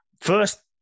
First